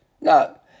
No